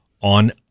on